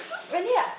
really [what]